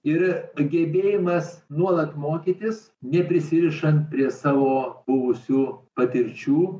ir gebėjimas nuolat mokytis neprisirišant prie savo buvusių patirčių